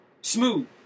smooth